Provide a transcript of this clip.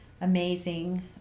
amazing